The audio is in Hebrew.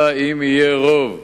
אלא אם יהיה רוב